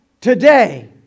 today